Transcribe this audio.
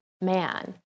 man